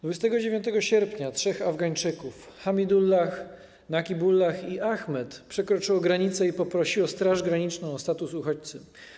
29 sierpnia trzech Afgańczyków - Hamidullah, Naqibullah i Ahmad - przekroczyło granicę i poprosiło Straż Graniczną o status uchodźcy.